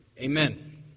amen